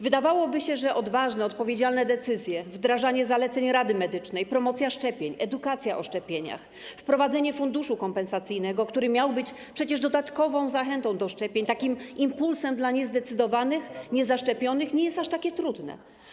Wydawałoby się, że odważne, odpowiedzialne decyzje, wdrażanie zaleceń Rady Medycznej, promocja szczepień, edukacja dotycząca szczepień, wprowadzenie funduszu kompensacyjnego, który miał być przecież dodatkową zachętą do szczepień, impulsem dla niezdecydowanych, niezaszczepionych, nie jest aż takie trudne.